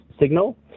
signal